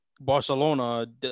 Barcelona